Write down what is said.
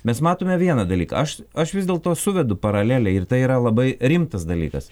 mes matome vieną dalyką aš aš vis dėlto suvedu paralelę ir tai yra labai rimtas dalykas